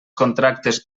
contractes